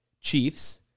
Chiefs